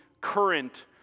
current